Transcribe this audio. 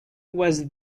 was